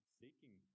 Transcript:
seeking